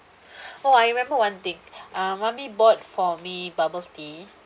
oh I remember one thing uh mummy bought for me bubble tea